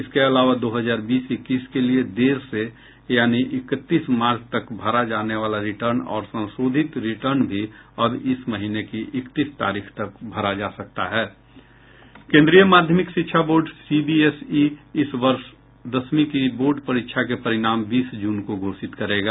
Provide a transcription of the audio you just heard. इसके अलावा दो हजार बीस इक्कीस के लिए देर से यानी इकतीस मार्च तक भरा जाने वाला रिटर्न और संशोधित रिटर्न भी अब इस महीने की इकतीस तारीख तक भरा जा सकता हैा केंद्रीय माध्यमिक शिक्षा बोर्ड सीबीएसई इस वर्ष दसवीं की बोर्ड परीक्षा के परिणाम बीस जून को घोषित करेगा